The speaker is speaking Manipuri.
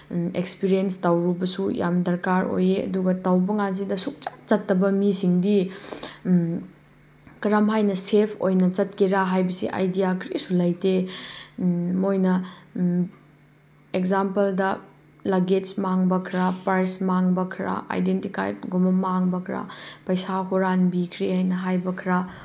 ꯑꯦꯛꯁꯄꯤꯔꯦꯟꯁ ꯇꯧꯔꯨꯕꯁꯨ ꯌꯥꯝ ꯗꯔꯀꯥꯔ ꯑꯣꯏꯌꯦ ꯑꯗꯨꯒ ꯇꯧꯕ ꯀꯥꯟꯁꯤꯗ ꯁꯨꯡꯆꯠ ꯆꯠꯇꯕ ꯃꯤꯁꯤꯡꯗꯤ ꯀꯔꯝꯍꯥꯏꯅ ꯁꯦꯞ ꯑꯣꯏꯅ ꯆꯠꯀꯦꯔꯥ ꯍꯥꯏꯕꯁꯦ ꯑꯥꯏꯗꯤꯌꯥ ꯀꯔꯤꯁꯨ ꯂꯩꯇꯦ ꯃꯣꯏꯅ ꯑꯦꯛꯖꯥꯝꯄꯜꯗ ꯂꯒꯦꯁ ꯃꯥꯡꯕ ꯈꯔ ꯄꯔꯁ ꯃꯥꯡꯕ ꯈꯔ ꯑꯥꯏꯗꯦꯟꯇꯤꯇꯤ ꯀꯥꯔꯠꯀꯨꯝꯕ ꯃꯥꯡꯕ ꯈꯔ ꯄꯩꯁꯥ ꯍꯨꯔꯥꯟꯕꯤꯈ꯭ꯔꯦ ꯍꯥꯏꯅ ꯍꯥꯏꯕ ꯈꯔ